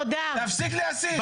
תפסיק להסית.